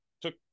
took